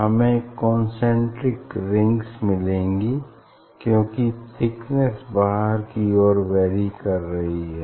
हमें concentric rings मिलेंगी क्यूंकि थिकनेस बाहर की ओर वैरी कर रही है